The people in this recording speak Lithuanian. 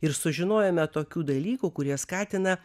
ir sužinojome tokių dalykų kurie skatina